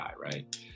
right